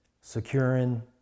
securing